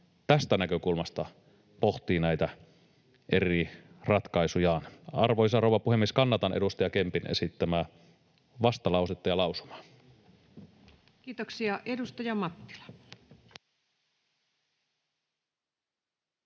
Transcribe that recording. tästä näkökulmasta pohtii näitä eri ratkaisujaan. Arvoisa rouva puhemies! Kannatan edustaja Kempin esittämää vastalausetta ja lausumaa. [Speech 119] Speaker: